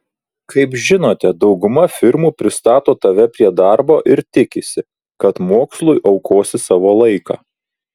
kaip žinote dauguma firmų pristato tave prie darbo ir tikisi kad mokslui aukosi savo laiką